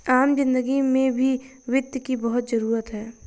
आम जिन्दगी में भी वित्त की बहुत जरूरत है